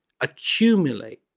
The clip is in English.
accumulate